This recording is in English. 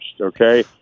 okay